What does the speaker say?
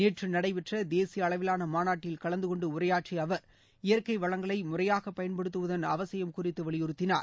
நேற்று நடைபெற்ற தேசிய அளவிலான மாநாட்டில் கலந்து கொண்டு உரையாற்றிய அவர் இயற்கை வளங்களை முறையாக பயன்படுத்துவதன் அவசியம் குறித்து வலியுறுத்தினார்